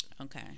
Okay